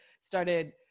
started